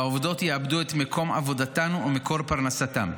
והעובדות יאבדו את מקום עבודתן ומקור פרנסתן.